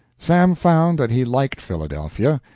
sam found that he liked philadelphia.